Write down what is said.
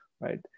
right